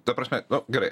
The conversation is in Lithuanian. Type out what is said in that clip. ta prasme nu gerai